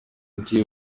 ati